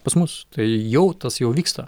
pas mus tai jau tas jau vyksta